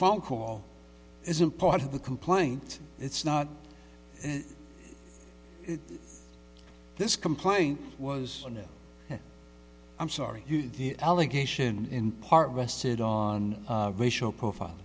phone call isn't part of the complaint it's not and this complaint was no i'm sorry the allegation in part rested on racial profiling